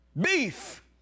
beef